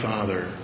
Father